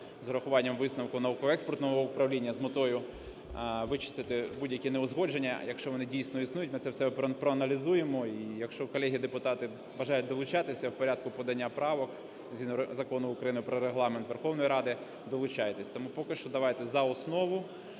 з урахуванням висновку науково-експертного управління з метою вичистити будь-які неузгодження, якщо вони існують, ми це все проаналізуємо. І, якщо колеги депутати бажають долучатися в порядку подання правок, Закону України "Про Регламент Верховної Ради", долучайтесь. Тому поки що давайте за основу